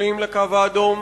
משלים ל"קו האדום"?